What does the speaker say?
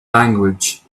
language